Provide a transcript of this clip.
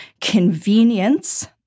convenience